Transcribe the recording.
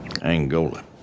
Angola